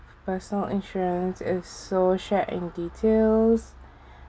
personal insurance if so share in details